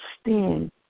stand